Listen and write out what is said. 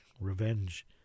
Revenge